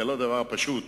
זה לא דבר פשוט,